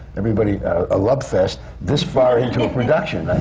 everybody, a love fest, this far into a production! i